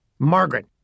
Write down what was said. Margaret